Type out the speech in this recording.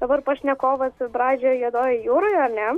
dabar pašnekovas braidžioja juodojoj jūroj ar ne